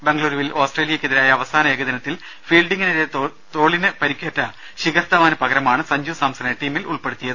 ബംഗളൂരുവിൽ ഓസ്ട്രേലിയക്കെതിരായ അവസാന ഏകദിനത്തിൽ ഫീൽഡിംങിനിടെ തോളിന് പരിക്കേറ്റ ശിഖർ ധവാന് പകരമാണ് സഞ്ജു സാംസണെ ടീമിൽ ഉൾപ്പെടുത്തിയിരിക്കുന്നത്